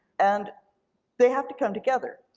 and they have to come together.